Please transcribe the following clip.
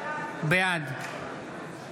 בעד